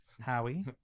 Howie